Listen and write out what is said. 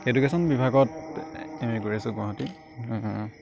education বিভাগত M A কৰি আছো গুৱাহাটীত